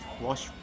wash